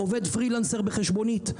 הפרילנסר עובד עם חשבונית.